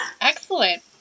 Excellent